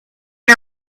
and